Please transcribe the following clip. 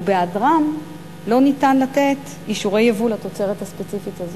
ובהיעדרם לא ניתן יהיה לתת אישורי ייבוא לתוצרת הספציפית הזו.